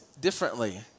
differently